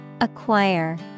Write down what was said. Acquire